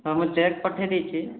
ହଁ ମୁଁ ଚେକ୍ ପଠେଇ ଦେଇଛି